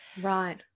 Right